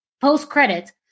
post-credits